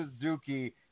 Suzuki